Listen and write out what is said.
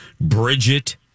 Bridget